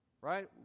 right